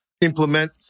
implement